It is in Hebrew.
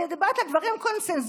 אני מדברת על דברים קונסנזואליים.